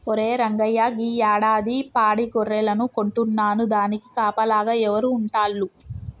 ఒరే రంగయ్య గీ యాడాది పాడి గొర్రెలను కొంటున్నాను దానికి కాపలాగా ఎవరు ఉంటాల్లు